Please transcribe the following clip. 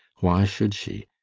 why should she?